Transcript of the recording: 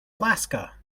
alaska